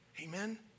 amen